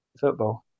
football